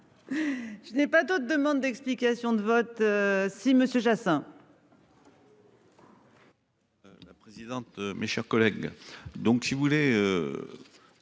Je n'ai pas d'autres demandes d'explications de vote. Si Monsieur